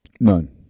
None